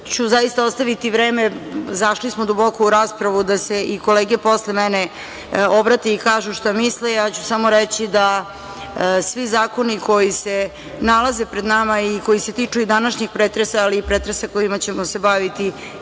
ću zaista ostaviti vreme, zašli smo duboko u raspravu da se i kolege posle mene obrate i kažu šta misle. Reći ću samo da, svi zakoni koji se nalaze pred nama i koji se tiču današnjeg pretresa, ali i pretresa kojima ćemo se baviti